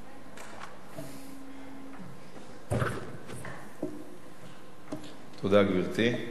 גברתי,